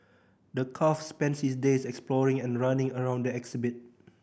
the calf spends his days exploring and running around the exhibit